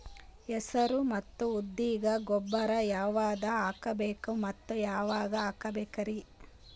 ಹೆಸರು ಮತ್ತು ಉದ್ದಿಗ ಗೊಬ್ಬರ ಯಾವದ ಹಾಕಬೇಕ ಮತ್ತ ಯಾವಾಗ ಹಾಕಬೇಕರಿ?